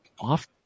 off